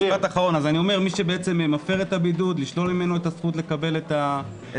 אז אני אומר: מי שמפר את הבידוד לשלול ממנו את הזכות לקבל את המענק.